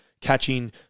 catching